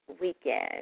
weekend